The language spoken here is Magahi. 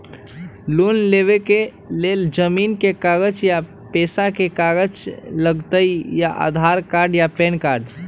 लोन लेवेके लेल जमीन के कागज या पेशा के कागज लगहई या आधार कार्ड या पेन कार्ड?